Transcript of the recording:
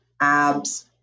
abs